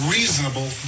reasonable